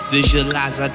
Visualize